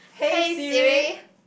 hey Siri